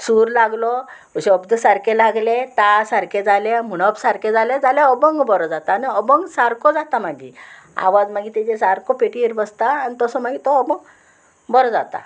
सूर लागलो शब्द सारकें लागले ता सारके जाले म्हणणप सारके जाले जाल्यार अभंग बरो जाता आनी अभंग सारको जाता मागीर आवाज मागीर तेजे सारको पेटीर बसता आनी तसो मागीर तो अभंग बरो जाता